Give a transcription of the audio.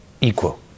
equal